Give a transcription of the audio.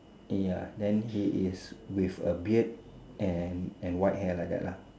ya then he is with a beard and and white hair like that lah